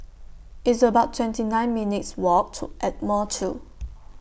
It's about twenty nine minutes' Walk to Ardmore two